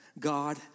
God